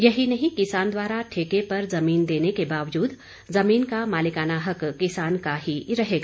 यही नहीं किसान द्वारा ठेके पर जमीन देने के बावजूद जमीन का मालिकाना हक किसान का ही रहेगा